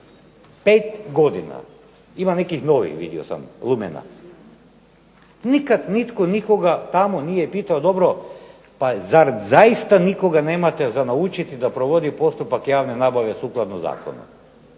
5 godina! Ima nekih novih, vidio sam, lumena. Nikad nitko nikoga tamo nije pitao dobro pa zar zaista nikoga nemate da provodi postupak javne nabave sukladno zakonu?